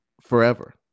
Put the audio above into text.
forever